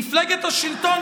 מפלגת השלטון,